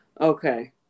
Okay